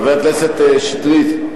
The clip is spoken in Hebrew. חבר הכנסת שטרית,